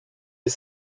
est